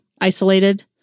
isolated